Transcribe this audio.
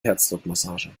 herzdruckmassage